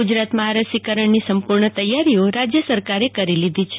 ગુજરાતમાં આ રસીકરણની સંપૂર્ણ તૈયારીઓ રાજ્ય સરકારે કરી લીધી છે